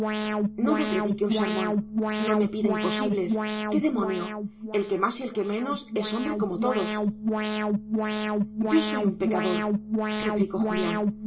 no me predique un sermón no me pida imposibles qué demonio el que más y el que menos es hombre como todos yo soy un pecador replicó julián